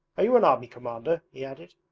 are you an army commander he added.